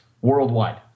worldwide